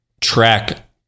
track